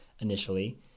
initially